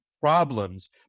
problems